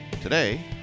Today